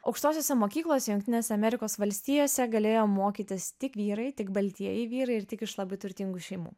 aukštosiose mokyklose jungtinėse amerikos valstijose galėjo mokytis tik vyrai tik baltieji vyrai ir tik iš labai turtingų šeimų